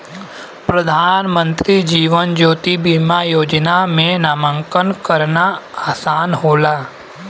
प्रधानमंत्री जीवन ज्योति बीमा योजना में नामांकन करना आसान होला